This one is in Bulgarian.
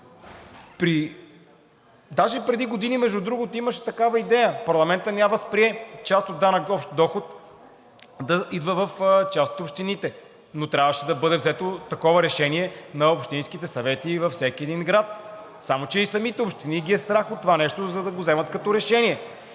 Даже преди години, между другото, имаше такава идея, парламентът не я възприе – част от данък общ доход да идва в част от общините, но трябваше да бъде взето такова решение на общинските съвети във всеки един град. Само че и самите общини ги е страх от това нещо, за да го вземат като решение.